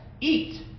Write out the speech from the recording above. eat